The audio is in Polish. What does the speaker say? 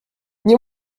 nie